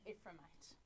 Ephraimite